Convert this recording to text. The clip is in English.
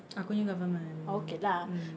aku punya government mm